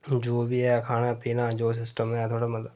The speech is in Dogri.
जो बी ऐ खाना पीना जो सिस्टम ऐ मतलब थोह्ड़ा मता